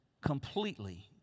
completely